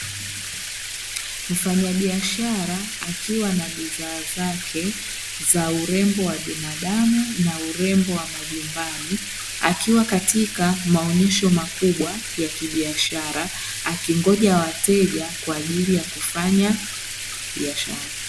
Mfanyabiashara akiwa na bidhaa zake, za urembo wa binadamu, na urembo wa majumbani, akiwa katika maonyesho makubwa ya kibiashara, akingoja wateja kwaajili ya kufanya biashara.